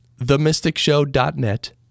themysticshow.net